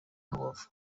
rubavu